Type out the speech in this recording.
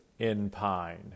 Inpine